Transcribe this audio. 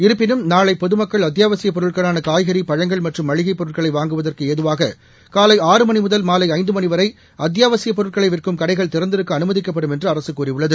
இருப்பினும் நாளைபொதுமக்கள் அத்தியாவசியப் பொருட்களானகாய்கறி பழங்கள் மற்றும் மளிகைப் பொருட்களைவாங்குவதற்குஏதுவாககாலை மணிவரைஅத்தியாவசியப் பொருட்களைவிற்கும் கடைகள் திறந்திருக்கஅனுமதிக்கப்படும் என்றுஅரசுகூறியுள்ளது